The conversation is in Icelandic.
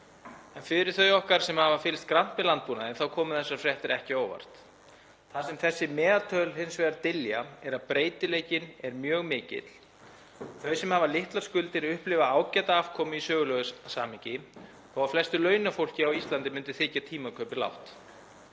en fyrir þau okkar sem hafa fylgst grannt með landbúnaðinum komu þessar fréttir ekki á óvart. Það sem þessi meðaltöl dylja hins vegar er að breytileikinn er mjög mikill. Þau sem hafa litlar skuldir upplifa ágæta afkomu í sögulegu samhengi þótt flestu launafólki á Íslandi myndi þykja tímakaupið lágt.